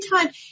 time